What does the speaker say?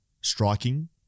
striking